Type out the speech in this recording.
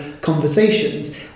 conversations